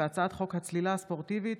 הצעת חוק הצלילה הספורטיבית